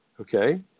okay